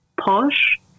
posh